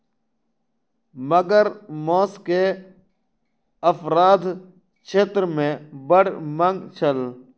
मगर मौस के अपराध क्षेत्र मे बड़ मांग छल